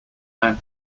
make